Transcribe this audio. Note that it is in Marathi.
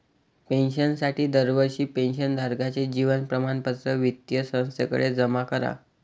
पेन्शनसाठी दरवर्षी पेन्शन धारकाचे जीवन प्रमाणपत्र वित्तीय संस्थेकडे जमा करा